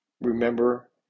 remember